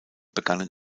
begannen